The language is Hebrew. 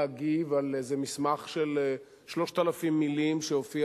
להגיב על איזה מסמך של 3,000 מלים שהופיע